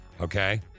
okay